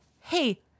hey